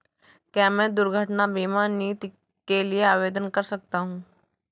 क्या मैं दुर्घटना बीमा नीति के लिए आवेदन कर सकता हूँ?